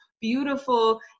beautiful